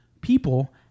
people